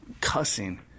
cussing